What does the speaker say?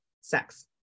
sex